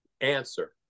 answer